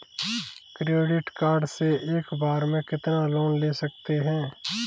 Credit card से एक बार में कितना लोन ले सकते हैं?